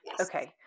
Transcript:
okay